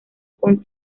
con